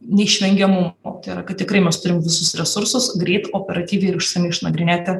neišvengiamumo tai yra kad tikrai mes turim visus resursus greit operatyviai ir išsamiai išnagrinėti